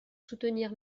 soutenir